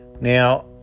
now